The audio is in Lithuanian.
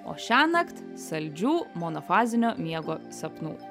o šiąnakt saldžių monofazinio miego sapnų